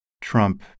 Trump